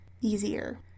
easier